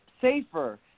safer